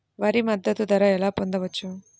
వరి మద్దతు ధర ఎలా పొందవచ్చు?